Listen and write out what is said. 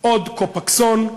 עוד "קופקסון",